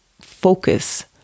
focus